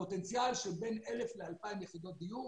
פוטנציאל של בין 1,000 ל-2,000 יחידות דיור